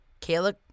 Kayla